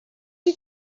did